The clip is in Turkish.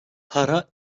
para